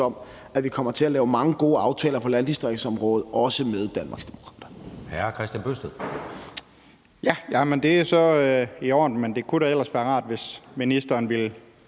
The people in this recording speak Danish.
om, at vi kommer til at lave mange gode aftaler på landdistriktsområdet, også med Danmarksdemokraterne.